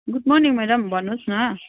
good morning madam भन्नुहोस् न